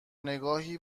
نگاهی